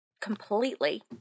completely